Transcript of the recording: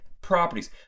properties